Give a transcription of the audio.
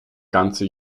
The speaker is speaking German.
ganze